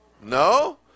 No